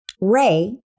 Ray